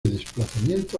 desplazamiento